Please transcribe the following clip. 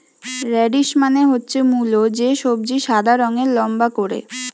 radish মানে হচ্ছে মুলো, যে সবজি সাদা রঙের লম্বা করে